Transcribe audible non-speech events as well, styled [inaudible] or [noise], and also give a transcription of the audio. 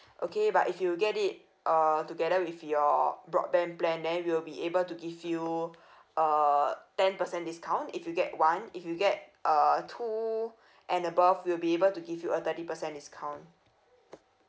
okay but if you get it uh together with your broadband plan then we'll be able to give you [breath] uh ten percent discount if you get one if you get uh two and above we'll be able to give you a thirty percent discount